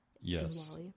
Yes